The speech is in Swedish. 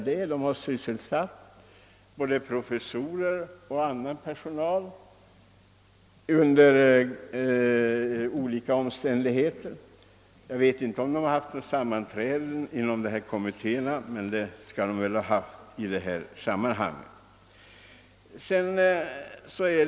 De har sysselsatt både professorer och andra; jag vet inte om man hållit några sammanträden inom dessa kommittéer, men det skall man väl ha gjort.